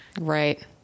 Right